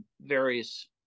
various